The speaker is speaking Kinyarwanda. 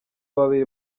babiri